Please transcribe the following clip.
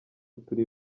turi